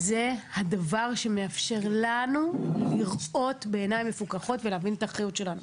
זה הדבר שמאפשר לנו לראות בעיניים מפוקחות ולהבין את האחריות שלנו.